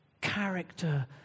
character